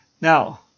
Now